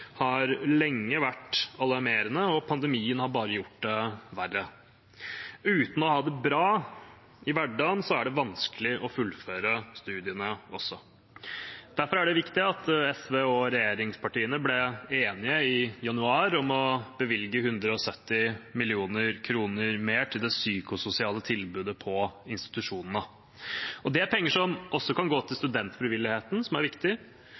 har lenge vært alarmerende, og pandemien har bare gjort det verre. Uten å ha det bra i hverdagen er det vanskelig å fullføre studiene. Derfor er det viktig at SV og regjeringspartiene i januar ble enige om å bevilge 170 mill. kr mer til det psykososiale tilbudet på institusjonene. Det er penger som også kan gå til studentfrivilligheten, som er viktig,